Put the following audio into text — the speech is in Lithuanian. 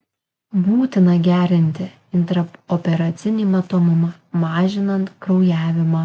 būtina gerinti intraoperacinį matomumą mažinant kraujavimą